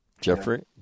Jeffrey